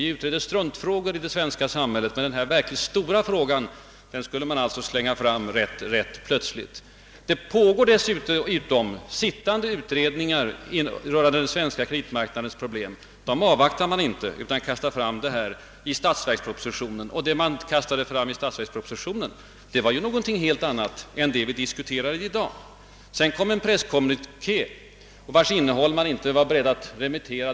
Vi utreder struntfrågor i det svenska samhället, men denna verkligt stora fråga skulle man alltså helt plötsligt lägga fram förslag om. Dessutom pågår utredningar rörande den svenska kreditmarknadens problem. Dem har man inte avvaktat utan kastat fram ett eget förslag i statsverks propositionen. För övrigt var statsverkspropositionens förslag ett helt annat än det vi diskuterar i dag. Det nya förslaget presenterades i en presskommuniké, vars innehåll man inte var beredd att remittera.